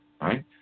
Right